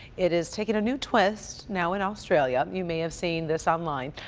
it is taking a new twist now in australia. you may have seen this online.